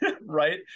right